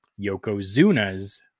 Yokozuna's